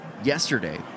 yesterday